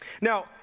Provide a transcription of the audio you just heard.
Now